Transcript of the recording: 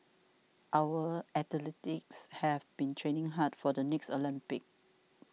our athletes have been training hard for the next Olympics